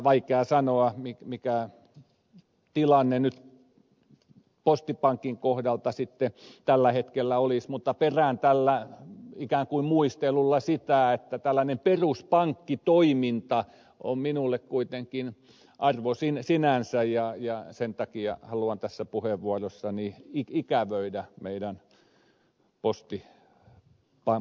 vaikea sanoa mikä tilanne nyt postipankin kohdalta sitten tällä hetkellä olisi mutta perään tällä ikään kuin muistelulla sitä että tällainen peruspankkitoiminta on minulle kuitenkin arvo sinänsä ja sen takia haluan tässä puheenvuorossani ikävöidä meidän postipankkiamme